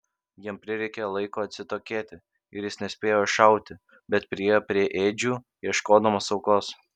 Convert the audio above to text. jam prireikė laiko atsitokėti ir jis nespėjo iššauti bet priėjo prie ėdžių ieškodamas aukos